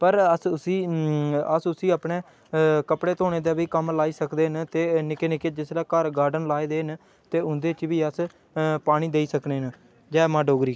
पर अस उसी अस उसी अपने कपड़े धोने दे बी कम्म लाई सकदे न ते निक्के निक्के जिसलै घर गार्डन लाए दे न ते उं'दे च बी अस पानी देई सकने न जै मां डोगरी